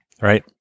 right